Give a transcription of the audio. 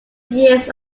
years